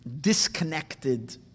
disconnected